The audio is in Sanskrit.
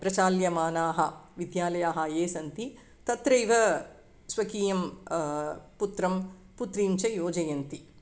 प्रचाल्यमानाः विद्यालयाः ये सन्ति तत्रैव स्वकीयं पुत्रं पुत्रीं च योजयन्ति